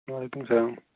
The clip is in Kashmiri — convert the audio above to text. وعلیکُم سلام